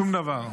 שום דבר.